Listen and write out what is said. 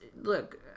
look